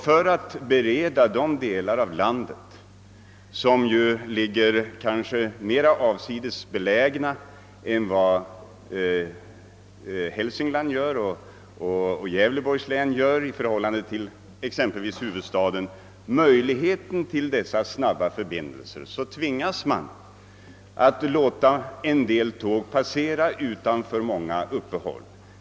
För att bereda de delar av landet som är mera avsides belägna än Hälsingland och Gävleborgs län i förhållande till exempelvis huvudstaden möjligheter till dessa snabba förbindelser tvingas man låta en del tåg passera många stationer utan uppehåll.